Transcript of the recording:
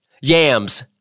Yams